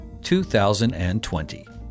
2020